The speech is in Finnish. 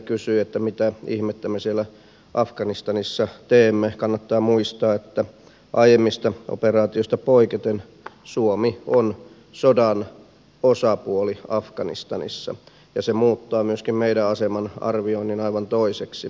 hänhän kysyi mitä ihmettä me siellä afganistanissa teemme ja muistutti että kannattaa muistaa että aiemmista operaatioista poiketen suomi on sodan osapuoli afganistanissa ja se muuttaa myöskin meidän asemamme arvioinnin aivan toiseksi